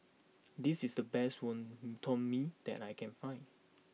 this is the best Wonton Mee that I can find